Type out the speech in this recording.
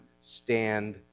stand